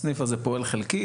הסניף הזה פועל חלקית.